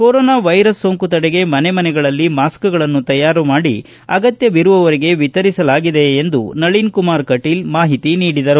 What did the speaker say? corona virus ಸೋಂಕು ತಡೆಗೆ ಮನೆ ಮನೆಗಳಲ್ಲಿ ಮಾಸ್ಕ್ಗಳನ್ನು ತಯಾರು ಮಾಡಿ ಅಗತ್ಭವಿರುವವರಿಗೆ ವಿತರಿಸಲಾಗಿದೆ ಎಂದು ನಳೀನ್ ಕುಮಾರ್ ಕಟೀಲ್ ಮಾಹಿತಿ ನೀಡಿದರು